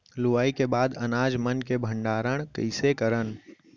लुवाई के बाद अनाज मन के भंडारण कईसे करन?